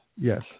yes